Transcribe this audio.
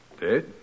Dead